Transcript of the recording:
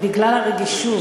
בגלל הרגישות,